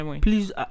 please